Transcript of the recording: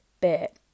bit